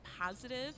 positive